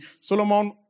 Solomon